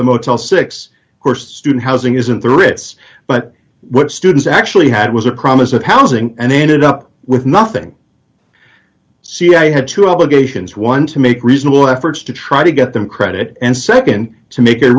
the motel six course student housing isn't the ritz but what students actually had was a promise of housing and ended up with nothing see i had to obligations one to make reasonable efforts to try to get them credit and nd to make a